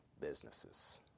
businesses